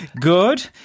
Good